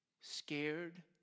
scared